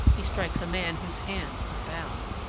he strikes a man whose hands are bound.